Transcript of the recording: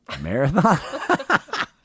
Marathon